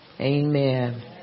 Amen